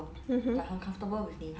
mmhmm